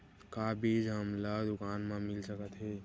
का बीज हमला दुकान म मिल सकत हे?